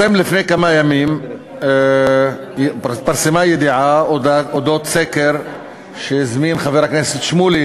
לפני כמה ימים התפרסמה ידיעה על סקר שהזמין חבר הכנסת שמולי,